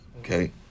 Okay